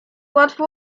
łatwo